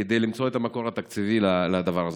כדי למצוא את המקור התקציבי לדבר הזה.